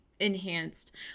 enhanced